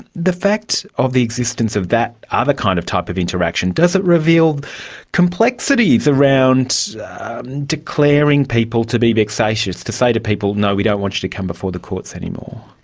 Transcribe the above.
the fact of the existence of that ah other kind of type of interaction, does it reveal complexities around declaring people to be vexatious, to say to people, no, we don't want you to come before the courts anymore'?